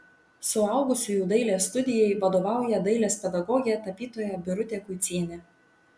suaugusiųjų dailės studijai vadovauja dailės pedagogė tapytoja birutė kuicienė